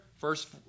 first